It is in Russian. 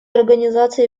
организации